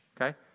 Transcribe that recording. okay